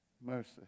mercy